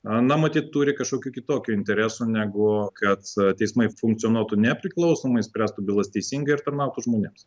na matyt turi kažkokių kitokių interesų negu kad teismai funkcionuotų nepriklausomai spręstų bylas teisingai ir tarnautų žmonėms